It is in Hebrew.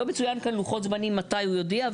לא מצוין כאן לוחות זמנים של מתי הוא יודיע,